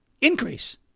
increase